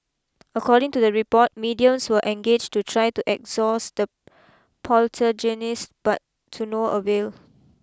according to the report mediums were engaged to try to exorcise the poltergeists but to no avail